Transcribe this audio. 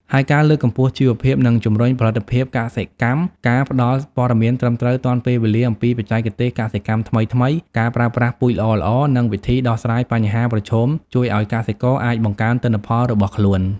ហើយការលើកកម្ពស់ជីវភាព និងជំរុញផលិតភាពកសិកម្ម ការផ្តល់ព័ត៌មានត្រឹមត្រូវទាន់ពេលវេលាអំពីបច្ចេកទេសកសិកម្មថ្មីៗ ការប្រើប្រាស់ពូជល្អៗ និងវិធីដោះស្រាយបញ្ហាប្រឈមជួយឲ្យកសិករអាចបង្កើនទិន្នផលរបស់ខ្លួន។